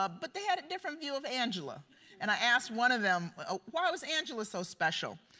ah but they had a different view of angela and i asked one of them why was angela so special?